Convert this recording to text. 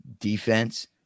defense